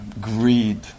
greed